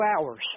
hours